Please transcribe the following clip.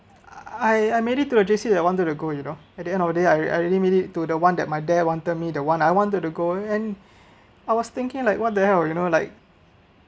I I made it to the J_C that I wanted to go you know at the end of the day I I already made it to the one that my dad wanted me the one I wanted to go and I was thinking like what the hell you know like